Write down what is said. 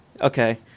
Okay